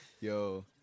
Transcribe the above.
Yo